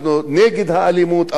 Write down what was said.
אנחנו נגד האלימות,